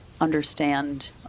understand